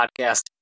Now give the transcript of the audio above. Podcast